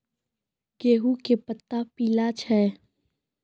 गेहूँ के पत्ता पीला छै?